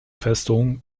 festung